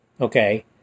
Okay